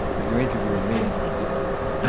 but you're interviewing me and i'll tell you, i'm right. yeah